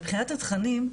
מבחינת התכנים,